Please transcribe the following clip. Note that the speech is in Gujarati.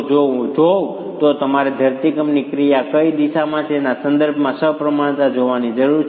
જો હું જોઉં તો તમારે ધરતીકંપની ક્રિયા કઈ દિશામાં છે તેના સંદર્ભમાં સમપ્રમાણતા જોવાની જરૂર છે